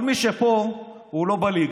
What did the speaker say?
כל מי שפה, הוא לא בליגה.